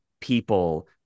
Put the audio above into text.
people